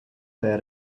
fer